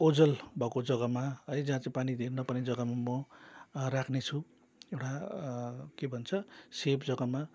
ओझल भएको जगामा है जहाँ चाहिँ पानी धेर नपर्ने जगामा म राख्ने छु एउटा के भन्छ सेफ जगामा